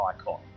icon